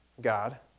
God